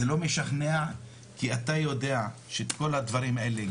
זה לא משכנע כי אתה יודע שאת כל הדברים האלה,